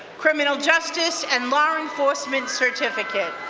criminal justice and law enforcement certificate.